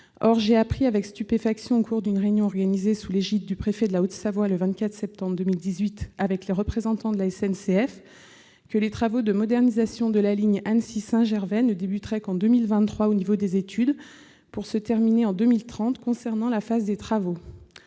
Or j'ai appris avec stupéfaction, au cours d'une réunion organisée sous l'égide du préfet de Haute-Savoie, le 24 septembre 2018, avec les représentants de la SNCF, que les études pour la modernisation de la ligne Annecy-Saint-Gervais ne débuteraient qu'en 2023, les travaux devant se terminer en 2030. Ce calendrier est tout